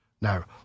Now